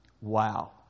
Wow